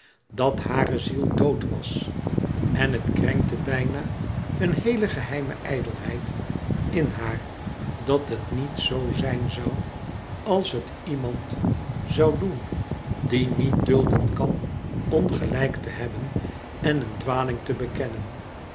dat hare ziel dood was en het krenkte bijna een heel geheime ijdelheid in haar dat het niet zo zijn zoû als het iemand zoû doen die niet dulden kan ongelijk te hebben en een dwaling te bekennen